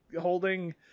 holding